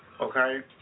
okay